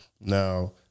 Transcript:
now